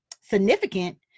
significant